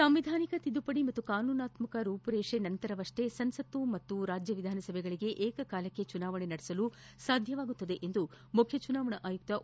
ಸಾಂವಿಧಾನಿಕ ತಿದ್ಲುಪಡಿ ಮತ್ತು ಕಾನೂನಾತ್ಸಕ ರೂಪುರೇಷೆ ನಂತರವಷ್ಷೇ ಸಂಸತ್ತು ಮತ್ತು ರಾಜ್ಞ ವಿಧಾನಸಭೆಗಳಿಗೆ ಏಕಕಾಲದಲ್ಲಿ ಚುನಾವಣೆ ನಡೆಸಲು ಸಾಧ್ಯ ಎಂದು ಮುಖ್ಯ ಚುನಾವಣಾ ಆಯುಕ್ತ ಒ